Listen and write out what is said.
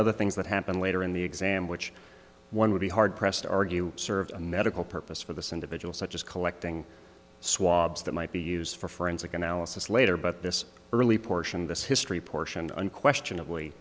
other things that happened later in the exam which one would be hardpressed argue serve a medical purpose for this individual such as collecting swabs that might be used for forensic analysis later but this early portion of this history portion unquestionably